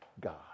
God